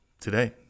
today